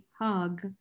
hug